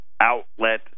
outlet